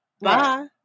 Bye